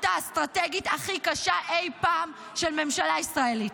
האסטרטגית הכי קשה אי פעם של ממשלה ישראלית.